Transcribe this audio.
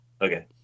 Okay